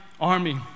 army